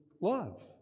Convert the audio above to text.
love